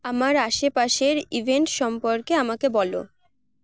আমার আশেপাশের ইভেন্ট সম্পর্কে আমাকে বলো